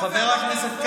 חבר הכנסת כץ,